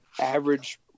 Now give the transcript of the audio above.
Average